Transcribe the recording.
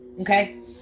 Okay